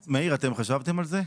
מאיר, אתם חשבתם על זה?